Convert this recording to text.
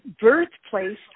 birthplace